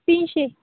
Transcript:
तीनशे